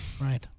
Right